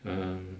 (uh huh)